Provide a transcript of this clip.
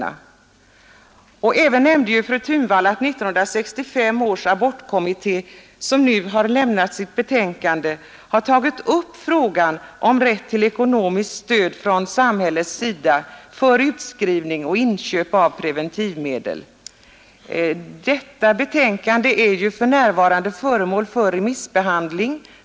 Fru Thunvall nämnde också att 1965 års abortkommitté, som nu har lämnat sitt betänkande, har tagit upp frågan om rätt till ekonomiskt stöd från samhällets sida för utskrivning och inköp av preventivmedel. Detta betänkande är för närvarande föremål för remissbehandling.